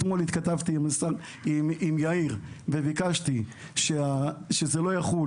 אתמול התכתבתי עם סגן השרה יאיר גולן וביקשתי שזה לא יחול